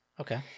okay